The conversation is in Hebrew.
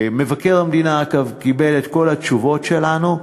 מבקר המדינה קיבל את כל התשובות שלנו.